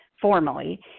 formally